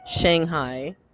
Shanghai